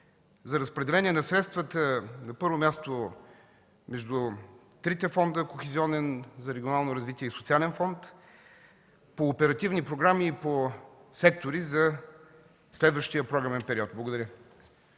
за разпределение на средствата, на първо място, между трите фонда – Кохезионен, за регионално развитие и Социален фонд, по оперативни програми и по сектори за следващия програмен период? Благодаря.